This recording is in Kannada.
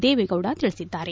ದೇವೇಗೌಡ ತಿಳಿಸಿದ್ದಾರೆ